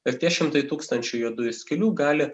ir tie šimtai tūkstančių juodųjų skylių gali